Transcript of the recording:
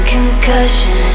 Concussion